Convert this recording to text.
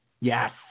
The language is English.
yes